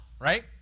right